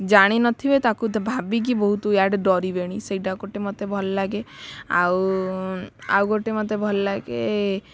ଜାଣିନଥିବେ ତାକୁ ତ ଭାବିକି ବହୁତ ଇଆଡ଼େ ଡରିବେଣି ସେଇଟା ଗୋଟେ ମୋତେ ଭଲ ଲାଗେ ଆଉ ଆଉ ଗୋଟେ ମୋତେ ଭଲ ଲାଗେ